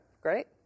Great